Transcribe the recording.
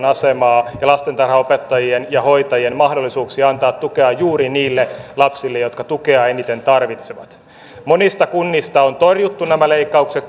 asemaa ja lastentarhanopettajien ja hoitajien mahdollisuuksia antaa tukea juuri niille lapsille jotka tukea eniten tarvitsevat monista kunnista on torjuttu nämä leikkaukset